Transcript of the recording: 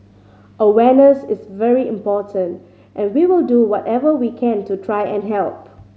awareness is very important and we will do whatever we can to try and help